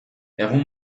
egun